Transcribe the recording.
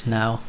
now